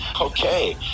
okay